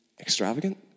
extravagant